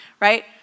right